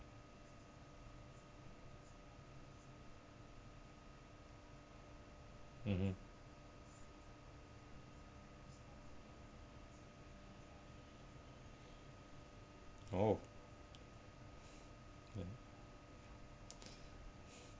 mmhmm oh